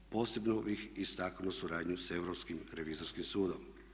Posebno bih istaknuo suradnju s Europskim revizorskim sudom.